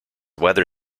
weather